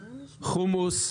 חומוס,